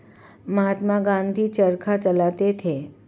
महात्मा गांधी चरखा चलाते थे